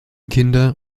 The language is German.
kinder